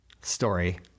story